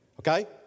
Okay